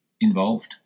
involved